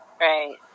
Right